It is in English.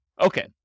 Okay